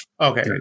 Okay